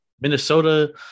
Minnesota